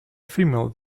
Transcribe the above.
female